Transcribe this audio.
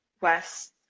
west